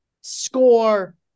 score